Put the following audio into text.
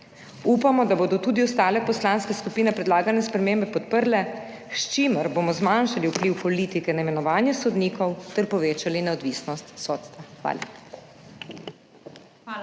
Upamo, da bodo tudi ostale poslanske skupine predlagane spremembe podprle, s čimer bomo zmanjšali vpliv politike na imenovanje sodnikov ter povečali neodvisnost sodstva. Hvala.